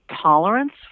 tolerance